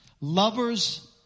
lovers